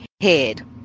head